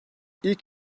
i̇lk